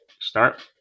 start